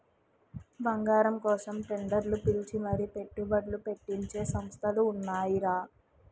బంగారం కోసం టెండర్లు పిలిచి మరీ పెట్టుబడ్లు పెట్టించే సంస్థలు ఉన్నాయిరా